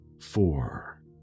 four